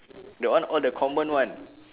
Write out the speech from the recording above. that one all the common one